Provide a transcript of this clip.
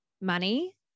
money